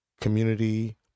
community